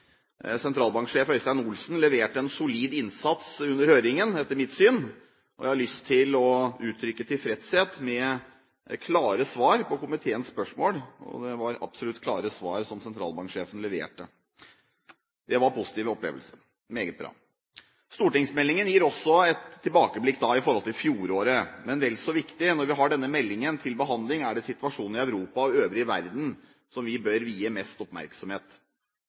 Sentralbanksjef Øystein Olsen leverte en solid innsats under høringen, etter mitt syn, og jeg har lyst til å uttrykke tilfredshet med klare svar på komiteens spørsmål – det var absolutt klare svar sentralbanksjefen leverte. Det var en positiv opplevelse – meget bra! Stortingsmeldingen gir også et tilbakeblikk på fjoråret. Men vel så viktig: Når vi har denne meldingen til behandling, er det situasjonen i Europa og den øvrige verden vi bør vie mest oppmerksomhet,